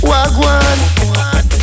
Wagwan